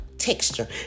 texture